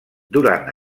durant